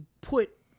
put